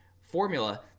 formula